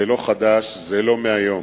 זה לא חדש, זה לא מהיום.